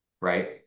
right